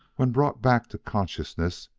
when brought back to consciousness,